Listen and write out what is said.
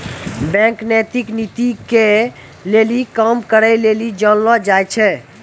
bank नैतिक नीति के लेली काम करै लेली जानलो जाय छै